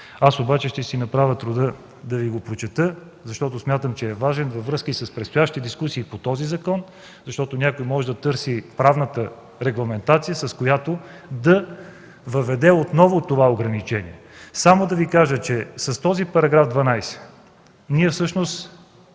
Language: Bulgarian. Аз обаче ще си направя труда да Ви го прочета, защото смятам, че е важен във връзка с предстоящите дискусии по този закон, защото някой може да търси правната регламентация, с която да въведе отново това ограничение. Само ще Ви кажа, че с този § 12 ние всъщност